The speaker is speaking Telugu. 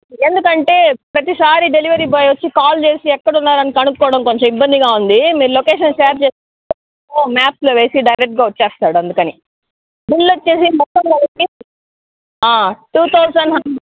ఎందుకంటే ప్రతీసారీ డెలివరీ బాయ్ వచ్చి కాల్ చేసి ఎక్కడ ఉన్నారు అని కనుక్కోవడం కొంచెం ఇబ్బందిగా ఉంది మీరు లొకేషన్ షేర్ చేస్తే మ్యాప్లో వేసి డైరెక్ట్గా వచ్చేస్తాడు అందుకని బిల్ వచ్చి మొత్తం కలిపి ఆ టూ థౌజండ్